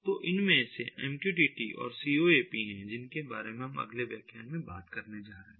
तो इनमें से MQTT और CoAP हैं जिनके बारे में हम अगले व्याख्यान में बात करने जा रहे हैं